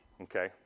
okay